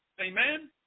Amen